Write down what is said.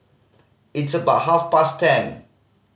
its about half past ten